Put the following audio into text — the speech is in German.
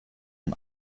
von